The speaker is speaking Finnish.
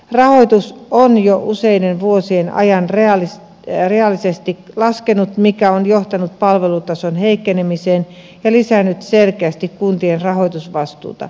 rahoitus on jo useiden vuosien ajan reaalisesti laskenut mikä on johtanut palvelutason heikkenemiseen ja lisännyt selkeästi kuntien rahoitusvastuuta